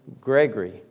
Gregory